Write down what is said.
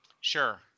Sure